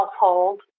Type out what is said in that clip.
household